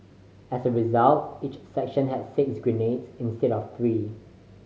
as a result each section had six grenades instead of three